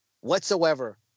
whatsoever